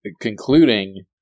concluding